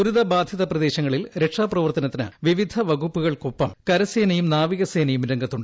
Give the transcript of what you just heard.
ദൂരിതബാധിത പ്രദേശങ്ങളിൽ രക്ഷാപ്രവർത്തനത്തിന് വിവിധ വകുപ്പുകൾക്കൊപ്പം കരസേനയും നാവികസേനയും രംഗത്തുണ്ട്